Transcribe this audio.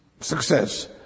success